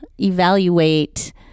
evaluate